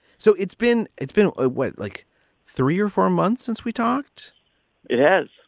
so it's been it's been ah wet like three or four months since we talked it has.